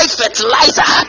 fertilizer